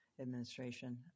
administration